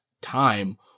time